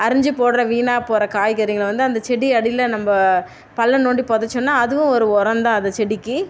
அரிஞ்சு போடுற வீணாப்போகிற காய்கறிங்களை வந்து அந்த செடி அடியில் நம்ம பள்ளம் தோண்டி புதச்சோன்னா அதுவும் ஒரு உரம் தான் அந்த செடிக்கு